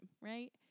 right